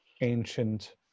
ancient